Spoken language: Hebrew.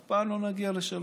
אף פעם לא נגיע לשלום.